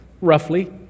roughly